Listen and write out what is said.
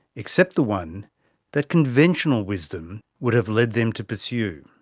except the one that conventional wisdom would have led them to pursue.